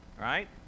right